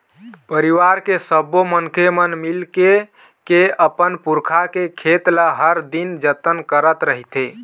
परिवार के सब्बो मनखे मन मिलके के अपन पुरखा के खेत ल हर दिन जतन करत रहिथे